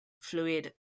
fluid